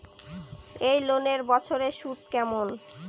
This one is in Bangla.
এই লোনের বছরে সুদ কেমন?